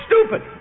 stupid